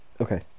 Okay